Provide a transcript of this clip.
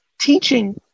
teaching